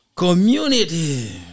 community